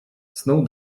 snuł